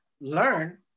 learn